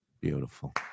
Beautiful